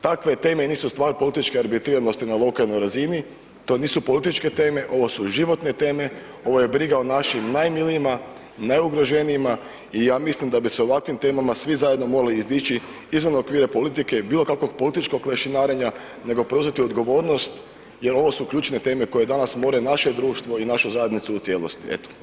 Takve teme nisu stvar političke arbitriranosti na lokalnoj razini, to nisu političke teme, ovo su životne teme, ovo je briga o našim najmilijima, najugroženijima i ja mislim da bi se ovakvim temama svi zajedno morali izdići izvan okvira politike i bilo kakvog političkog lešinarenja, nego preuzeti odgovornost jer ovo su ključne teme koje danas more naše društvo i našu zajednicu u cijelosti.